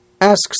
Asks